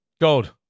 Gold